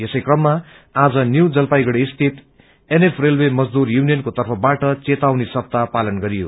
यसै क्रममा आज न्यू जलपाइगुडी स्थित एनएफ रेलवे मजदूर युनियनको तर्फबाट चेतावनी सप्ताह पालन गरियो